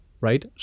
right